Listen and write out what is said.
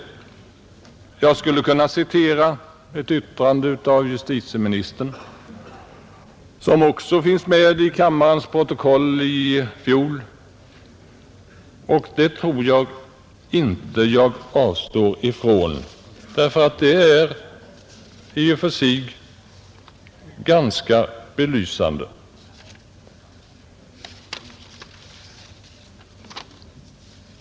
Däremot skall jag inte avstå från att citera ett yttrande av justitieministern, som också finns med i riksdagens protokoll från i fjol och som i och för sig är ganska belysande.